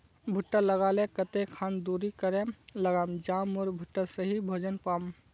भुट्टा लगा ले कते खान दूरी करे लगाम ज मोर भुट्टा सही भोजन पाम?